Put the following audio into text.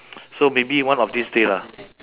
so maybe one of these day lah